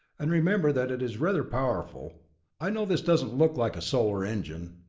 and remember that it is rather powerful i know this doesn't look like a solar engine,